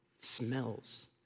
smells